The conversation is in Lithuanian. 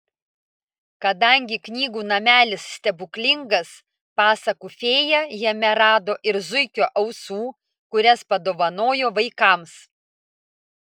kadangi knygų namelis stebuklingas pasakų fėja jame rado ir zuikio ausų kurias padovanojo vaikams